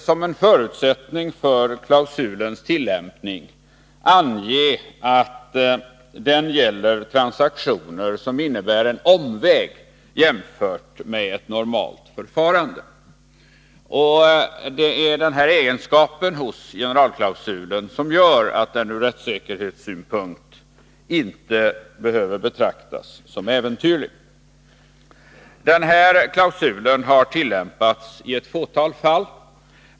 Som en förutsättning för klausulens tillämpning anges nämligen att den gäller transaktioner som innebär en omväg jämfört med ett normalt förfarande. Det är denna egenskap som gör att general klausulen ur rättssäkerhetssynpunkt inte behöver betraktas som äventyrlig. Den här klausulen har tillämpats i ett fåtal fall.